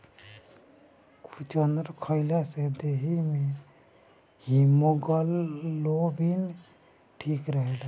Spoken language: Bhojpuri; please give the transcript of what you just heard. चुकंदर खइला से देहि में हिमोग्लोबिन ठीक रहेला